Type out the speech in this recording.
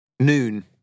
Noon